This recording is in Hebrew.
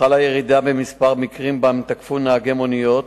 חלה ירידה במספר המקרים שבהם תקפו נהגי מוניות,